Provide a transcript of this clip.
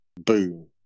boom